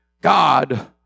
God